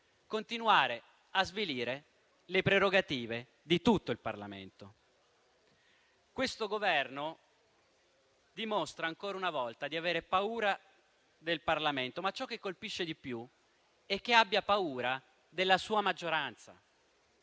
continuare a svilire le prerogative di tutto il Parlamento. Questo Governo dimostra, ancora una volta, di avere paura del Parlamento, ma ciò che colpisce di più è che abbia paura della sua maggioranza.